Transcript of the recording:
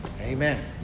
amen